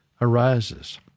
arises